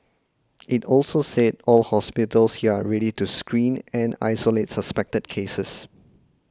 it also said all hospitals here are ready to screen and isolate suspected cases